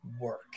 work